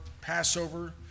Passover